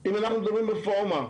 אם אנחנו מדברים על רפורמה,